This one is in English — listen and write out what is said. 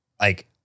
like-